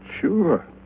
Sure